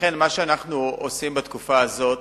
לכן מה שאנחנו עושים בתקופה הזאת,